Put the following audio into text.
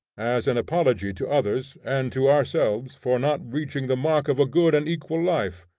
as an apology to others and to ourselves for not reaching the mark of a good and equal life.